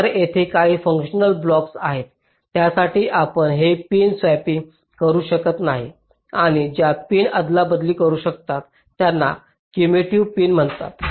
तर तेथे काही फंक्शनल ब्लॉक्स आहेत ज्यासाठी आपण हे पिन स्वॅपिंग करू शकत नाही आणि ज्या पिन अदलाबदल करू शकता त्यांना कम्युटिव्ह पिन म्हणतात